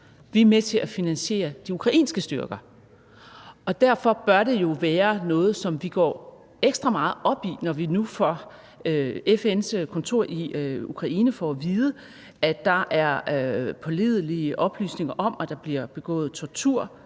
Vi er med til at finansiere de ukrainske styrker, og derfor bør det jo være noget, som vi går ekstra meget op i, når vi nu fra FN's kontor i Ukraine får at vide, at der er pålidelige oplysninger om, at der bliver begået tortur,